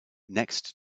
next